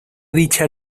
dicha